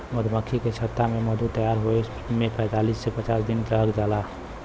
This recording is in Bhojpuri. मधुमक्खी के छत्ता में मधु तैयार होये में पैंतालीस से पचास दिन लाग जाला